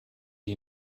you